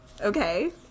Okay